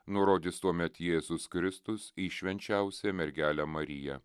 nurodžius tuomet jėzus kristus į švenčiausiąją mergelę mariją